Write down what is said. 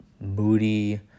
Moody